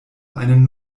einen